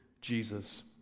Jesus